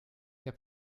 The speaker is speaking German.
der